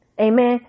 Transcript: Amen